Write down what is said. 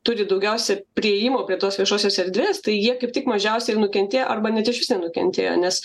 turi daugiausia priėjimo prie tos viešosios erdvės tai jie kaip tik mažiausiai ir nukentėjo arba net išvis nenukentėjo nes